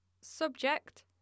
subject